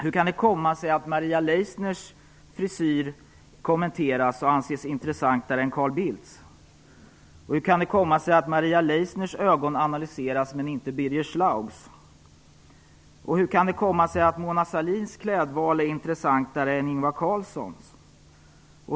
Hur kan det komma sig att Maria Leissners frisyr kommenteras och anses intressantare än Carl Bildts? Hur kan det komma sig att Maria Leissners ögon analyseras men inte Birger Schlaugs? Och hur kan det komma sig att Mona Sahlins klädval är intressantare än Ingvar Carlssons?